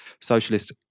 Socialist